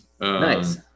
Nice